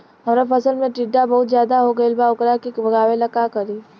हमरा फसल में टिड्डा बहुत ज्यादा हो गइल बा वोकरा के भागावेला का करी?